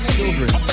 children